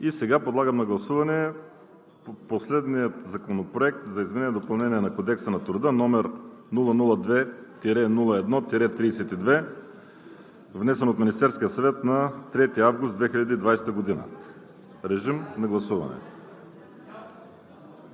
И сега подлагам на гласуване последния Законопроект за изменение и допълнение на Кодекса на труда, № 002-01-32, внесен от Министерския съвет на 3 август 2020 г. Гласували